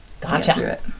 Gotcha